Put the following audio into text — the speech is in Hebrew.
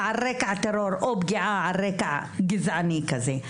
על רקע טרור או פגיעה על רקע גזעני כזה.